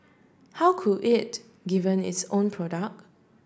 how could it given its own product